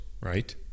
right